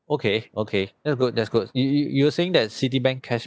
okay okay that's good that's good you you you were saying that citibank